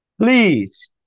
Please